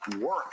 work